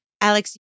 Alex